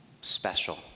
special